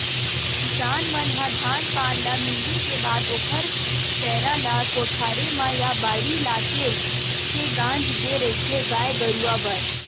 किसान मन ह धान पान ल मिंजे के बाद ओखर पेरा ल कोठारे म या बाड़ी लाके के गांज देय रहिथे गाय गरुवा बर